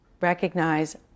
Recognize